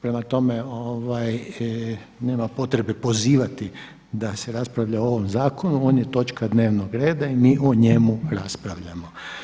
Prema tome, nema potrebe pozivati da se raspravlja o ovom zakonu, on je točka dnevnog reda i mi o njemu raspravljamo.